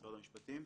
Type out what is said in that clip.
משרד המשפטים.